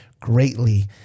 greatly